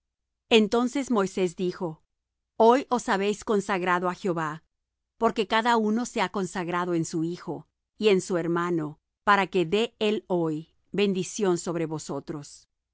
entonces moisés dijo hoy os habéis consagrado á jehová porque cada uno se ha consagrado en su hijo y en su hermano para que dé él hoy bendición sobre vosotros y